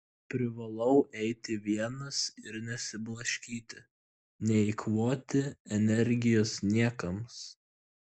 privalau eiti vienas ir nesiblaškyti neeikvoti energijos niekams